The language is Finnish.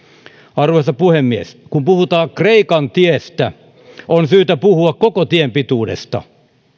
arvoisa puhemies kun puhutaan kreikan tiestä on syytä puhua koko tien pituudesta